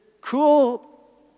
cool